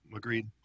agreed